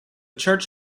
church